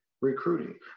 recruiting